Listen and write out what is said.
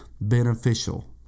beneficial